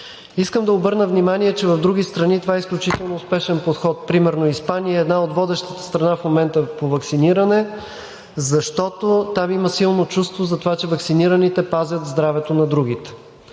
Искам да обърна внимание, че в други страни това е изключително успешен подход. Примерно Испания е една от водещите страни в момента по ваксиниране, защото там има силно чувство за това, че ваксинираните пазят здравето на другите.